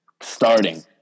starting